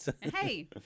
Hey